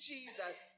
Jesus